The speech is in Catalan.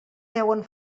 deuen